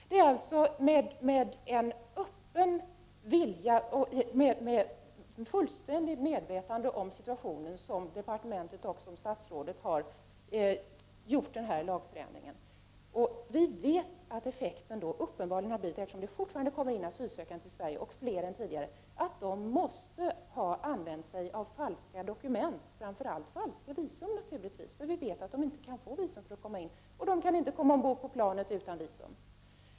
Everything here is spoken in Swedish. Departementet och statsrådet har i fullständigt medvetande om situationen genomfört den här lagändringen. Eftersom det fortfarande kommer in asylsökande till Sverige, och fler asylsökande än tidigare, vet vi att dessa måste ha använt sig av falska dokument. Det är naturligtvis framför allt fråga om falska visum. Vi vet att de inte kan få visum för att komma in i Sverige, och de kan inte komma ombord på planet utan visum.